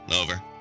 Over